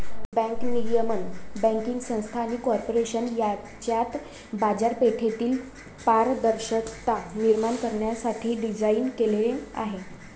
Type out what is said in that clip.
bank नियमन banking संस्था आणि कॉर्पोरेशन यांच्यात बाजारपेठेतील पारदर्शकता निर्माण करण्यासाठी डिझाइन केलेले आहे